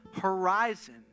horizon